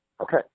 Okay